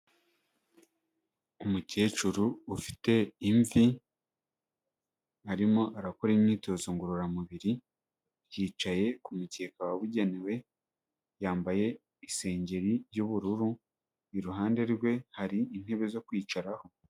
Umukecuru ufite imvi, arimo arakora imyitozo ngororamubiri, yicaye ku mukeka wabugenewe, yambaye isengeri y'ubururu, iruhande rwe hari intebe zo kwicaraho.